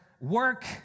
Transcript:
work